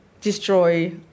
destroy